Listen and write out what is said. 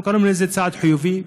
אנחנו קוראים לזה צעד חיובי,